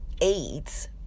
aids